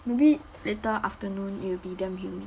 maybe later afternoon it'll be damn humid